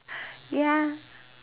ya